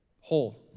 Whole